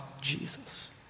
Jesus